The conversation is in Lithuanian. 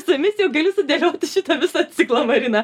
su jumis jau galiu sudėlioti šitą visą ciklą marina